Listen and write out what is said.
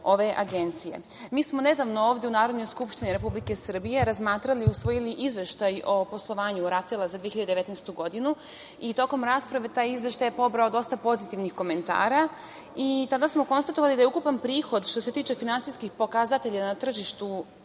ove agencije. Mi smo nedavno ovde u Narodnoj skupštini Republike Srbije razmatrali i usvojili Izveštaj o poslovanju RATEL-a za 2019. godinu i tokom rasprave taj izveštaj je pobrao dosta pozitivnih komentara. Tada smo konstatovali da je ukupan prihod što se tiče finansijskih pokazatelja na tržištu